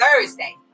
Thursday